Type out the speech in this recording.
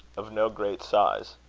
of no great size.